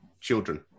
children